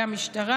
גם על המשטרה,